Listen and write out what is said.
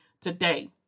today